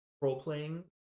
role-playing